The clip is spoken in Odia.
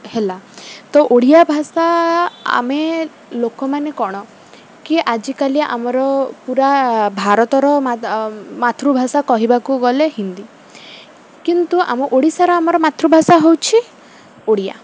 ହେଲା ତ ଓଡ଼ିଆ ଭାଷା ଆମେ ଲୋକମାନେ କ'ଣ କି ଆଜିକାଲି ଆମର ପୁରା ଭାରତର ମାତୃଭାଷା କହିବାକୁ ଗଲେ ହିନ୍ଦୀ କିନ୍ତୁ ଆମ ଓଡ଼ିଶାର ଆମର ମାତୃଭାଷା ହେଉଛି ଓଡ଼ିଆ